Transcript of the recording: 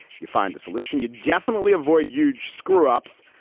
you find a solution, you definitely avoid euge screw ups.